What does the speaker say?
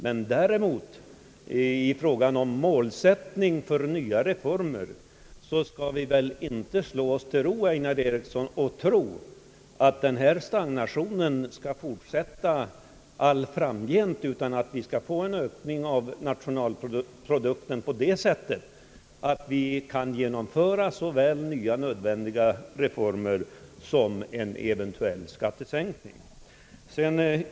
När det gäller målsättningen för nya reformer skall vi väl inte slå oss till ro, herr Einar Eriksson, och tro att stagnationen skall fortsätta allt framgent. Vi bör väl se till att få till stånd en ökning av nationalprodukten på ett sådant sätt att vi kan genomföra såväl nya nödvändiga reformer som en eventuell skattesänkning.